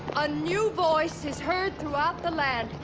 a new voice is heard throughout the land.